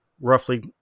roughly